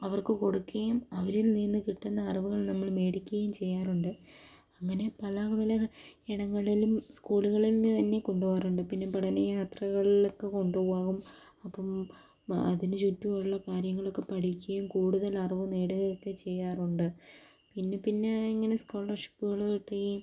അവർക്ക് കൊടുക്കുകയും അവരിൽ നിന്ന് കിട്ടുന്ന അറിവുകൾ നമ്മൾ മേടിക്കുകയും ചെയ്യാറുണ്ട് അങ്ങനെ പല പല ഇടങ്ങളിലും സ്കൂളുകളിൽ തന്നെ കൊണ്ട് പോകാറുണ്ട് പിന്നെ പഠനയാത്രകളിലൊക്കെ കൊണ്ട് പോകും അപ്പം അതിനു ചുറ്റുമുള്ള കാര്യങ്ങളൊക്കെ പഠിക്കുകയും കൂടുതൽ അറിവ് നേടുകയൊക്കെ ചെയ്യാറുണ്ട് പിന്നെ പിന്നെ ഇങ്ങനെ സ്കോളർഷിപ്പുകൾ കിട്ടുകയും